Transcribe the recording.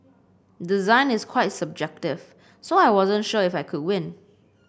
design is quite subjective so I wasn't sure if I could win